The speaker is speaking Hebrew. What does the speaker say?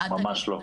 ממש לא.